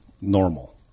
normal